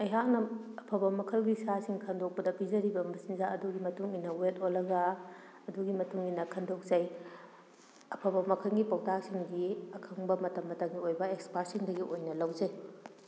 ꯑꯩꯍꯥꯛꯅ ꯑꯐꯕ ꯃꯈꯜꯒꯤ ꯁꯥ ꯁꯤꯡ ꯈꯟꯗꯣꯛꯄꯗ ꯄꯤꯖꯔꯤꯕ ꯃꯆꯤꯟꯖꯥꯛ ꯑꯗꯨꯒꯤ ꯃꯇꯨꯡ ꯏꯟꯅ ꯋꯦꯠ ꯑꯣꯜꯂꯒ ꯑꯗꯨꯒꯤ ꯃꯇꯨꯡ ꯏꯟꯅ ꯈꯟꯗꯣꯛꯆꯩ ꯑꯐꯕ ꯃꯈꯟꯒꯤ ꯄꯧꯇꯥꯛꯁꯤꯡꯗꯤ ꯑꯈꯪꯕ ꯃꯇꯝ ꯃꯇꯝꯒꯤ ꯑꯣꯏꯕ ꯑꯦꯛꯁꯄꯥꯔꯠꯁꯤꯡꯗꯒꯤ ꯑꯣꯏꯅ ꯂꯧꯖꯩ